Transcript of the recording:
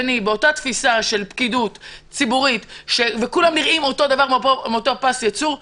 באותה תפיסה של פקידות ציבורית וכולם נראים אותו דבר ומאותו פס ייצור,